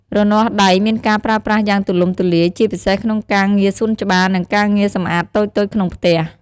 រនាស់ដៃមានការប្រើប្រាស់យ៉ាងទូលំទូលាយ ជាពិសេសក្នុងការងារសួនច្បារ និងការងារសម្អាតតូចៗក្នុងផ្ទះ។